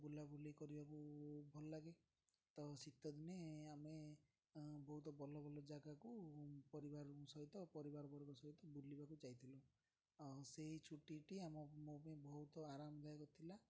ବୁଲାବୁଲି କରିବାକୁ ଭଲ ଲାଗେ ତ ଶୀତ ଦିନେ ଆମେ ବହୁତ ଭଲ ଭଲ ଜାଗାକୁ ପରିବାରଙ୍କ ସହିତ ପରିବାର ବର୍ଗ ସହିତ ବୁଲିବାକୁ ଯାଇଥିଲୁ ଆଉ ସେଇ ଛୁଟିଟି ଆମ ମୋ ପାଇଁ ବହୁତ ଆରାମଦାୟକ ଥିଲା